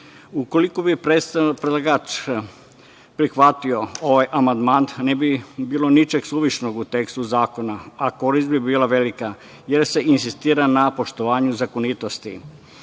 zakonom. Ukoliko bi predstavnik predlagača prihvatio ovaj amandman ne bi bilo ničeg suvišnog u tekstu zakona, a korist bi bila velika, jer se insistira na poštovanju zakonitosti.